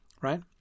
right